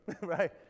right